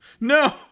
No